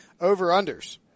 over-unders